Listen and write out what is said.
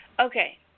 Okay